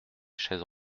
chaises